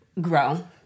grow